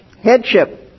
headship